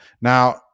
Now